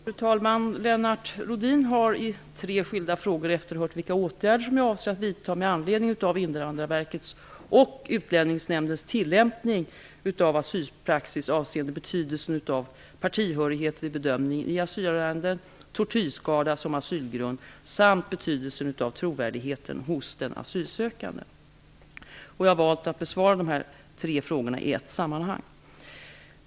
Fru talman! Lennart Rohdin har i tre skilda frågor efterhört vilka åtgärder jag avser att vidta med anledning av Invandrarverkets och Jag har valt att besvara dessa tre frågor i ett sammanhang.